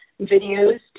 videos